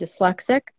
dyslexic